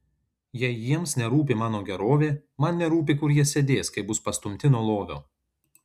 jei jiems nerūpi mano gerovė man nerūpi kur jie sėdės kai bus pastumti nuo lovio